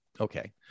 Okay